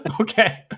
Okay